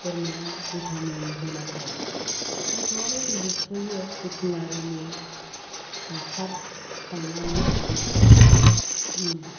बोरमाया भिटामिन होनांगौ मोसौआबो बिजि थुयो भेटेनारिनि ड'क्टर थांनानै थुहैयो